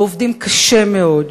ועובדים קשה מאוד,